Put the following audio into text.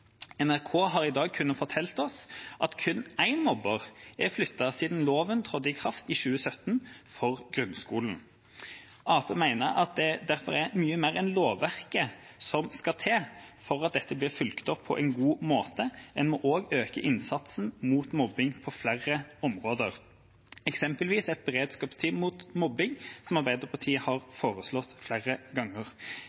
NRK har i dag kunnet fortelle oss at kun én mobber er flyttet siden loven trådte i kraft i 2017 for grunnskolen. Arbeiderpartiet mener det derfor er mye mer enn lovverket som skal til for at dette blir fulgt opp på en god måte. En må også øke innsatsen mot mobbing på flere områder, eksempelvis med et beredskapsteam mot mobbing, som Arbeiderpartiet har